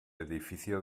edificio